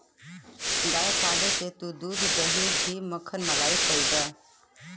गाय पाले से तू दूध, दही, घी, मक्खन, मलाई पइबा